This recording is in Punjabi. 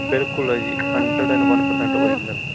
ਬਿਲਕੁਲ ਆ ਜੀ hundred and one percent original